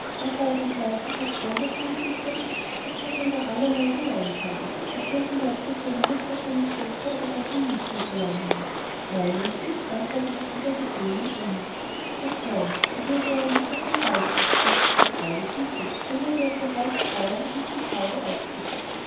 was aber den bleichen patron dort drüben betrifft so kann er über allerlei geweint haben er kann zum beispiel seine mutter seine schwester oder gar sein mädchen verloren haben mei nen sie antwortete ida gedehnt und unmutig doch nein da würde er ja nicht auf den ball gehen setzte sie freudig hinzu da würde er zu haus trauern und nicht die freude aufsuchen